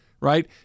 right